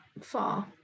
far